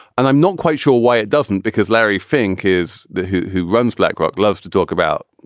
and i'm not quite sure why it doesn't because larry fink is the who who runs blackrock, loves to talk about,